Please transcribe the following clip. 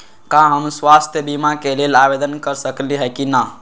का हम स्वास्थ्य बीमा के लेल आवेदन कर सकली ह की न?